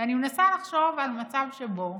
ואני מנסה לחשוב על מצב שבו